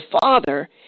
father